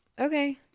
Okay